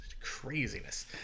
craziness